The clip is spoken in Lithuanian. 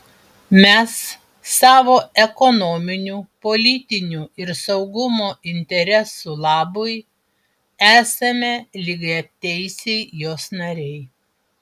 mes savo ekonominių politinių ir saugumo interesų labui esame lygiateisiai jos nariai